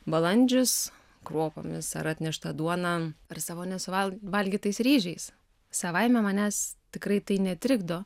balandžius kruopomis ar atnešta duona ar savo nesuval valgytais ryžiais savaime manęs tikrai tai netrikdo